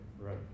right